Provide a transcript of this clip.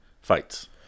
fights